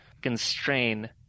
constrain